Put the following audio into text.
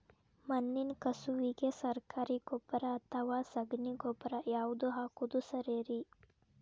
ಮಣ್ಣಿನ ಕಸುವಿಗೆ ಸರಕಾರಿ ಗೊಬ್ಬರ ಅಥವಾ ಸಗಣಿ ಗೊಬ್ಬರ ಯಾವ್ದು ಹಾಕೋದು ಸರೇರಿ?